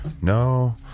no